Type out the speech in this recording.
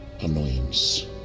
annoyance